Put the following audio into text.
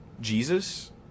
Jesus